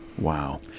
Wow